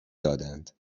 دادند